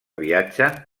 viatgen